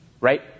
right